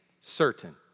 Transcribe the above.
certain